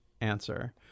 answer